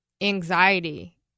anxiety